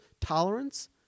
tolerance